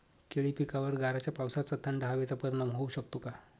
केळी पिकावर गाराच्या पावसाचा, थंड हवेचा परिणाम होऊ शकतो का?